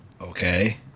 Okay